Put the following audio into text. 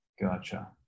Gotcha